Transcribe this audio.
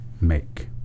make